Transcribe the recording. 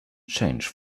change